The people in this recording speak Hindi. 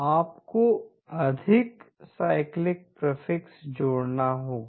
आपको अधिक साइक्लिक प्रीफिक्स जोड़ना होगा